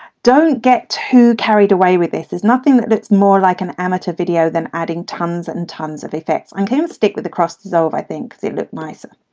don't get too carried away with this, there's nothing that looks more like an amateur video than adding tonnes and tonnes of effects. i'll stick with the cross dissolve i think they look nicer.